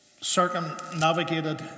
circumnavigated